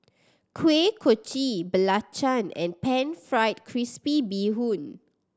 Kuih Kochi belacan and Pan Fried Crispy Bee Hoon